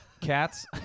cats